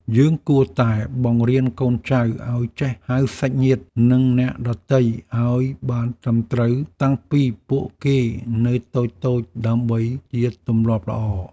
យើងគួរតែបង្រៀនកូនចៅឱ្យចេះហៅសាច់ញាតិ និងអ្នកដទៃឱ្យបានត្រឹមត្រូវតាំងពីពួកគេនៅតូចៗដើម្បីជាទម្លាប់ល្អ។